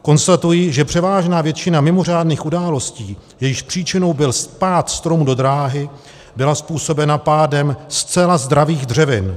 Konstatuji, že převážná většina mimořádných událostí, jejichž příčinou byl pád stromů do dráhy, byla způsobena pádem zcela zdravých dřevin.